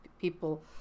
people